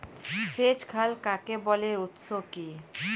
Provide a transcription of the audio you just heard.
সেচ খাল কাকে বলে এর উৎস কি?